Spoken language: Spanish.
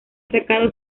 sacado